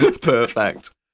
Perfect